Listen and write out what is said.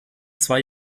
zwei